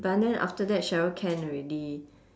but then after that sheryl can already